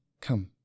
come